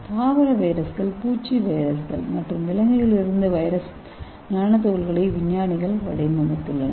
தாவர வைரஸ்கள் பூச்சி வைரஸ்கள் மற்றும் விலங்குகளிலிருந்து வைரஸ் நானோ துகள்களை விஞ்ஞானிகள் வடிவமைத்துள்ளனர்